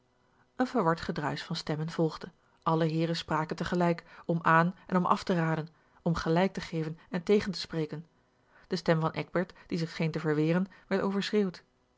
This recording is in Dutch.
een verward gedruisch van stemmen volgde alle heeren spraken tegelijk om aan en om af te raden om gelijk te geven en tegen te spreken de stem van eckbert die zich scheen te verweren werd overschreeuwd